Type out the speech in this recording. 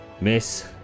miss